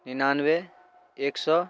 निनानबे एक सए